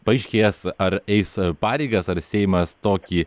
paaiškės ar eis pareigas ar seimas tokį